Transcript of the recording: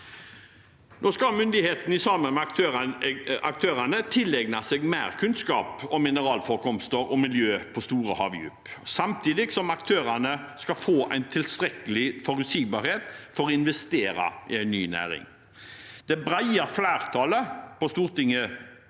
Nå skal myndighetene sammen med aktørene tilegne seg mer kunnskap om mineralforekomster og miljø på store havdyp, samtidig som aktørene skal få tilstrekkelig forutsigbarhet for å investere i en ny næring. Det brede flertallet på Stortinget